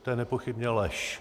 To je nepochybně lež.